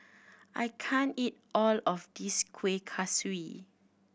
I can't eat all of this Kuih Kaswi